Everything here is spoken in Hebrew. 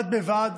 בד בבד